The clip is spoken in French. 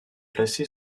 placée